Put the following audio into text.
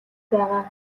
байгаа